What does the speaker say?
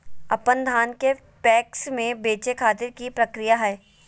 अपन धान के पैक्स मैं बेचे खातिर की प्रक्रिया हय?